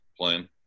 playing